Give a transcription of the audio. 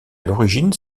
l’origine